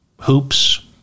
hoops